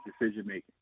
decision-making